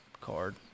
card